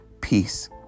peace